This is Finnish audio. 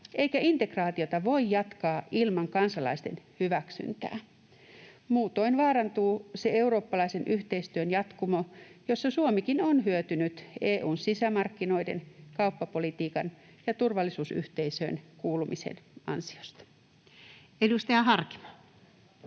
eikä integraatiota voi jatkaa ilman kansalaisten hyväksyntää. Muutoin vaarantuu se eurooppalaisen yhteistyön jatkumo, josta Suomikin on hyötynyt EU:n sisämarkkinoiden, kauppapolitiikan ja turvallisuusyhteisöön kuulumisen ansiosta. [Speech 18]